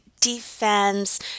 defense